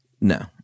No